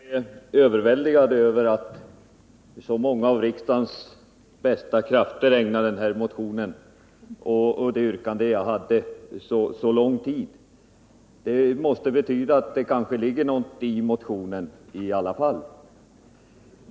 Herr talman! Jag är överväldigad av att så många av riksdagens bästa krafter ägnat den här motionen och det yrkande jag hade så lång tid. Det måste betyda att det kanske ligger någonting i motionen i alla fall.